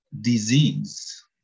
disease